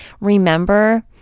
remember